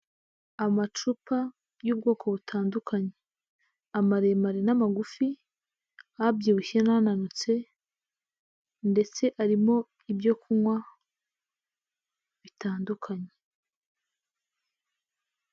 Amacupa y'ubwoko butandukanye: amaremare n'amagufi, abyibushye n'ananutse ndetse arimo ibyo kunywa bitandukanye.